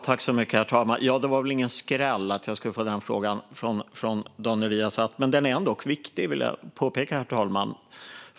Herr talman! Det var väl ingen skräll att jag skulle få den frågan från Daniel Riazat, och det är en viktig fråga. Det vill jag påpeka, herr talman.